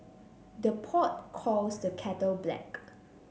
the pot calls the kettle black